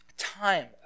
time